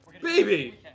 Baby